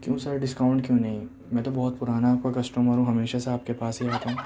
کیوں sir discount کیوں نہیں میں تو بہت پرانا آپ کا کسٹمر ہوں ہمیشہ سے آپ کے پاس ہی آتا ہوں